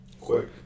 quick